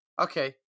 Okay